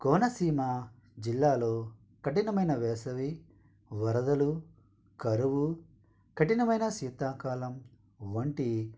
కోనసీమ జిల్లాలో కఠినమైన వేసవి వరదలు కరువు కఠినమైన శీతాకాలం వంటి